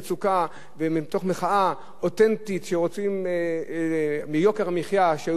ומתוך מחאה אותנטית על יוקר המחיה שהיה באותו זמן,